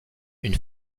une